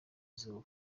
izuba